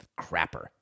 crapper